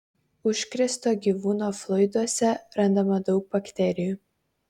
užkrėsto gyvūno fluiduose randama daug bakterijų